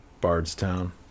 Bardstown